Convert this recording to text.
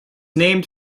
named